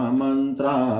mantra